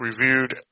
reviewed